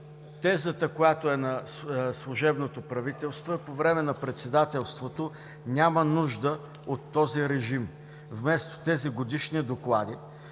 Тезата, която е на служебното правителство, е, че по време на председателството няма нужда от този режим. Вместо тези годишни доклади